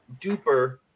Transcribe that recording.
Duper